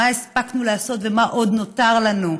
מה הספקנו לעשות ומה עוד נותר לנו.